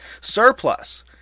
surplus